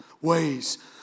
ways